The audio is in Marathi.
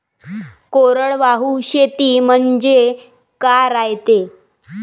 कोरडवाहू शेती म्हनजे का रायते?